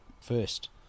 first